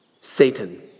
Satan